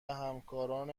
همکاران